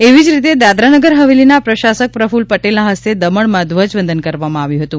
એવી જ રીતે દાદરાનગર હવેલીના પ્રશાસક પ્રફુલ પટેલના હસ્તે દમણમાં ધ્વજ વંદન કરવામાં આવ્યું હતું